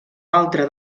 altre